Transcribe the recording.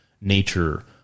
nature